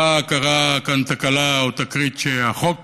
קרתה כאן תקלה או תקרית, והחוק